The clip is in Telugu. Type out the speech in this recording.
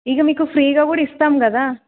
ఇంకా మీకు ఫ్రీగా కూడా ఇస్తాం కదా